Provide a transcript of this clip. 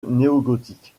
néogothique